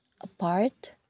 apart